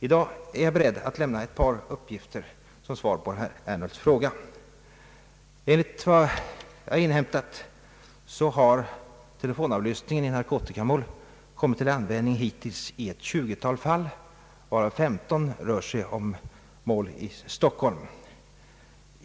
I dag är jag beredd att lämna ett par uppgifter som svar på herr Ernulfs fråga. Enligt vad jag inhämtat har telefonavlyssningen i narkotikamål kommit till användning hittills i ett 20-tal fall, varav 15 gäller mål i Stockholm.